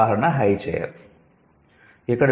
ఉదాహరణ 'high chair'